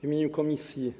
W imieniu Komisji